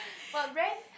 what brand